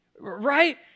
Right